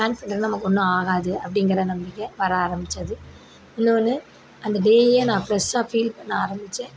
கான்ஃபிடண்டாக நமக்கு ஒன்றும் ஆகாது அப்படிங்கிற நம்பிக்கை வர ஆரமித்தது இன்னொன்று அந்த டேயை நான் ஃபிரெஷ்ஷாக ஃபீல் பண்ண ஆரமித்தேன்